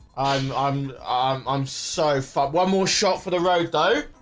um i'm i'm so fuck one more shot for the road though.